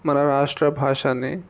మన రాష్ట్ర భాషని